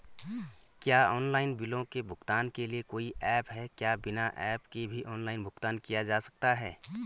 क्या ऑनलाइन बिलों के भुगतान के लिए कोई ऐप है क्या बिना ऐप के भी ऑनलाइन भुगतान किया जा सकता है?